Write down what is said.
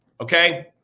Okay